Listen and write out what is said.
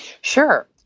Sure